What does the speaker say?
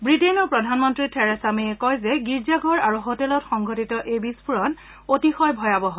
ব্ৰিটেইনৰ প্ৰধানমন্ত্ৰী Theresa May কয় যে গীৰ্জাঘৰ আৰু হোটেলত সংঘটিত এই বিক্ফোৰণ অতিশয় ভয়াৱহ